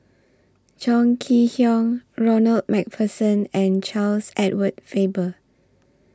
Chong Kee Hiong Ronald MacPherson and Charles Edward Faber